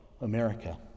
America